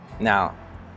Now